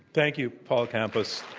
thank you, paul campos.